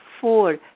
four